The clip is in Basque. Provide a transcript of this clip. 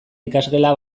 ikasgela